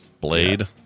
Blade